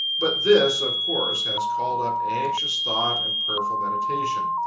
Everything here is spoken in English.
but this, of course, has called up anxious thought and prayerful meditation.